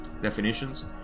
definitions